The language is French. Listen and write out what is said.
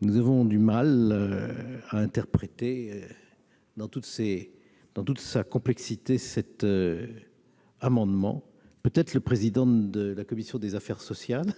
Nous avons du mal à interpréter cet amendement dans toute sa complexité. Peut-être M. le président de la commission des affaires sociales